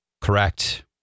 correct